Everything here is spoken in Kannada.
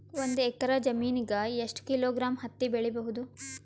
ಒಂದ್ ಎಕ್ಕರ ಜಮೀನಗ ಎಷ್ಟು ಕಿಲೋಗ್ರಾಂ ಹತ್ತಿ ಬೆಳಿ ಬಹುದು?